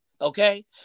okay